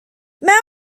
mewn